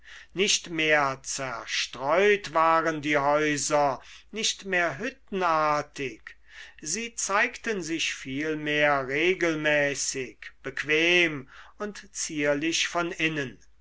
nicht mehr zerstreut waren die häuser nicht mehr hüttenartig sie zeigten sich vielmehr regelmäßig zusammengestellt prächtig und schön von außen geräumig bequem und zierlich von innen